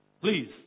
Please